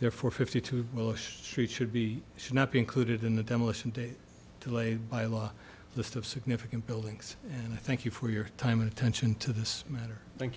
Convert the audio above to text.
therefore fifty two bush street should be should not be included in the demolition date delayed by law the of significant buildings and i thank you for your time and attention to this matter thank